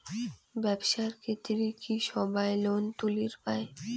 ব্যবসার ক্ষেত্রে কি সবায় লোন তুলির পায়?